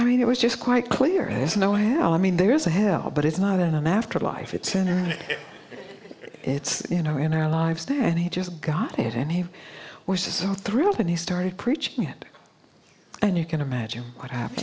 i mean it was just quite clear there's no i mean there's a hell but it's not in an afterlife it's internet it's you know in our lives and he just got it and he was just so thrilled and he started preaching it and you can imagine what happened